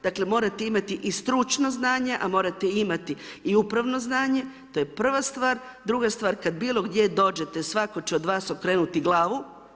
Dakle morate imati i stručno znanje, morate imati i upravno znanje, to je prva stvar, druga stvar, kada bilo gdje dođete, svatko će od vas okrenuti glavu.